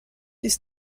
ist